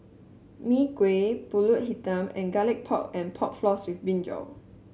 Mee Kuah pulut hitam and Garlic Pork and Pork Floss with brinjal